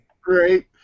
Great